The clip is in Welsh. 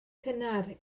cynnar